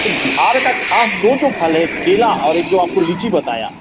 तो बिहार के ख़ास दो जो फल हैं एक केला और एक जो आपको लीची बताया